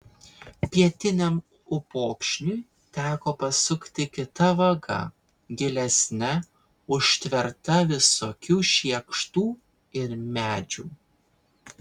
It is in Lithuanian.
pietiniam upokšniui teko pasukti kita vaga gilesne užtverta visokių šiekštų ir medžių